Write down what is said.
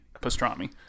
pastrami